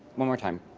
more time.